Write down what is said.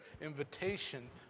invitation